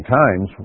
times